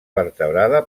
vertebrada